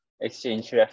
exchange